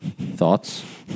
Thoughts